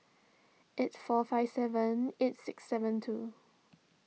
eight four five seven eight six seven two